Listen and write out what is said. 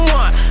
one